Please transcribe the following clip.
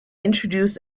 introduce